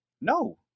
no